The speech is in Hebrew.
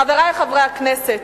חברי חברי הכנסת,